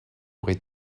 aurait